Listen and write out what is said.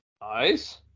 Nice